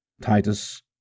Titus